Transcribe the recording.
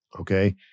Okay